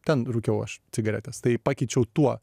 ten rūkiau aš cigaretes tai pakeičiau tuo